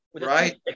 Right